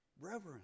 reverence